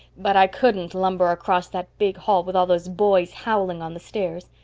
but i couldn't lumber across that big hall with all those boys howling on the stairs.